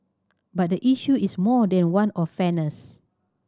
but the issue is more than one of fairness